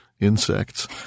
insects